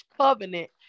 covenant